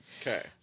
Okay